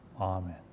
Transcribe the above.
amen